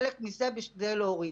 חלק מזה בשביל להוריד.